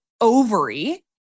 ovary